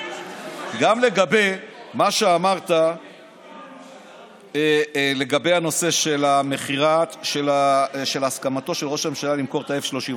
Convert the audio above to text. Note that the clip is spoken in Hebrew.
גם לגבי מה שאמרת לגבי הנושא של הסכמתו של ראש הממשלה למכור את ה-F-35.